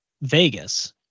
Vegas